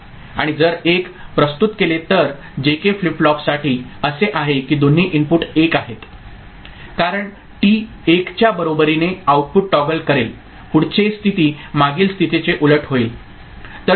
आणि जर 1 प्रस्तुत केले तर जे के फ्लिप फ्लॉपसाठी असे आहे की दोन्ही इनपुट 1 आहेत कारण टी 1 च्या बरोबरीने आउटपुट टॉगल करेल पुढचे स्थिती मागील स्थितीचे उलट होईल